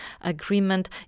agreement